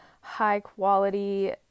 high-quality